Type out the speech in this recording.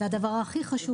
זה הדבר הכי חשוב.